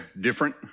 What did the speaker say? different